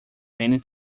many